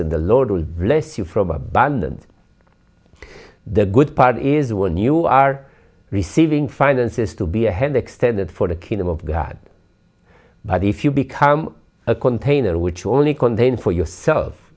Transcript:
in the lord will bless you from abundance the good part is when you are receiving finances to be a hand extended for the kingdom of god but if you become a container which only contain for yourself